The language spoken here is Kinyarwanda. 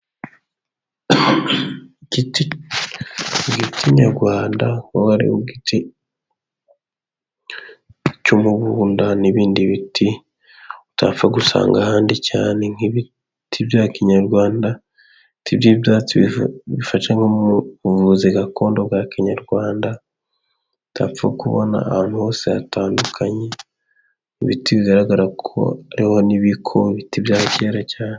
Igiti nyarwanda akaba ari igiti cy'umubunda n'ibindi biti utapfa gusanga ahandi, cyane nk'ibiti bya kinyarwanda, ibiti by'ibyatsi bifasha nko mu buvuzi gakondo bwa kinyarwanda, utapfa kubona ahantu hose hatandukanye, ibiti bigaragara ko biriho n'ibiko, ibiti bya kera cyane.